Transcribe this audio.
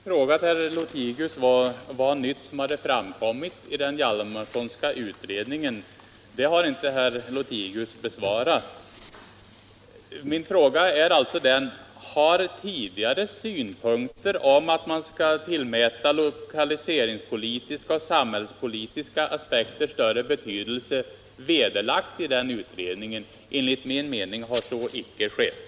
Herr talman! Min fråga till herr Lothigius var vad nytt som hade framkommit i den Hjalmarsonska utredningen. Den frågan har inte herr Lothigius besvarat. Min fråga är alltså: Har tidigare synpunkter att man skall tillmäta lokaliseringspolitiska och samhällspolitiska aspekter större betydelse vederlagts i den utredningen? Enligt min uppfattning har så inte skett.